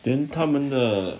then 他们的